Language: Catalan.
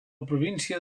província